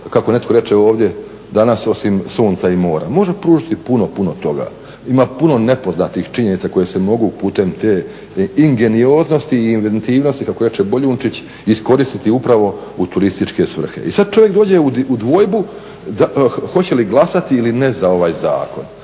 kako netko reče ovdje danas osim sunca i mora. Može pružiti puno, puno toga. Ima puno nepoznatih činjenica koje se mogu putem te ingenioznosti i inventivnost kako reče Boljunčić iskoristiti upravo u turističke svrhe. I sad čovjek dođe u dvojbu hoće li glasati ili ne za ovaj zakon